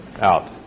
out